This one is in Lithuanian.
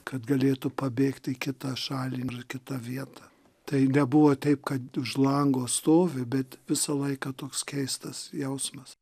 kad galėtų pabėgt į kitą šalį ir kitą vietą tai nebuvo taip kad už lango stovi bet visą laiką toks keistas jausmas